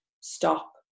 stop